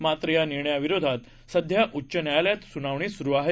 मात्रयानिर्णयाविरोधातसध्याउच्चन्यायालयातसुनावणीसुरुआहे